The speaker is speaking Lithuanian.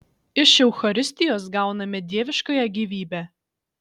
iš eucharistijos gauname dieviškąją gyvybę